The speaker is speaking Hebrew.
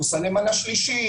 מחוסני מנה שלישית,